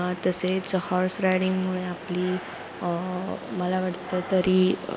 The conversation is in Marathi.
तसेच हॉर्स रायडिंगमुळे आपली मला वाटतं तरी